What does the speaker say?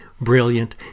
brilliant